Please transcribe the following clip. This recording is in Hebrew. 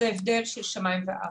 זה הבדל של שמים וארץ.